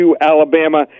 Alabama